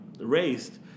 raised